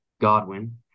Godwin